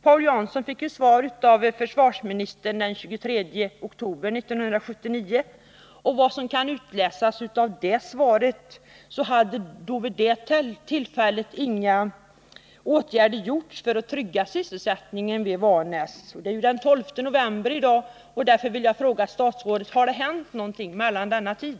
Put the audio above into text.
Paul Jansson fick ju svar av försvarsministern den 23 oktober i år, och enligt vad som kan utläsas ur det svaret hade då inga åtgärder vidtagits för att trygga sysselsättningen vid Vanäsverken. Det är ju den 12 november i dag, och därför vill jag fråga statsrådet: Har det hänt någonting under denna tid?